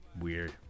Weird